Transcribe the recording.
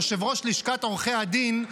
יושב-ראש לשכת עורכי הדין,